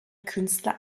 künstler